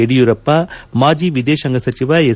ಯಡಿಯುರಪ್ಪ ಮಾಜಿ ವಿದೇಶಾಂಗ ಸಚಿವ ಎಸ್